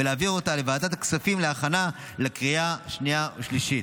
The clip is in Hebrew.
ולהעביר אותה לוועדת הכספים להכנה לקריאה שנייה ושלישית.